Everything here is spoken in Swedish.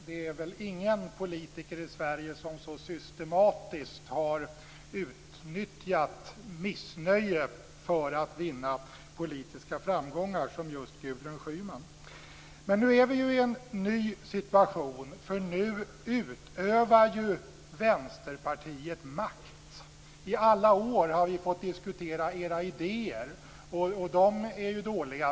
Det är väl ingen politiker i Sverige som så systematiskt har utnyttjat missnöje för att vinna politiska framgångar som just Gudrun Schyman. Men nu är vi i en ny situation, för nu utövar Vänsterpartiet makt. I alla år har vi fått diskutera era idéer, och de är ju dåliga.